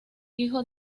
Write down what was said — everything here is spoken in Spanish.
hijo